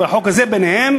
והחוק הזה ביניהם.